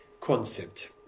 concept